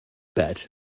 bet